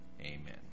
Amen